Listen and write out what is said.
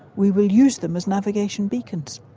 we will use them as navigation beacons.